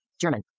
German